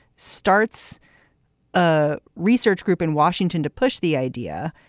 starts a research group in washington to push the idea,